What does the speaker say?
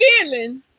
feeling